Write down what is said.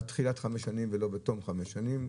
עד תחילת חמש שנים ולא בתום חמש שנים.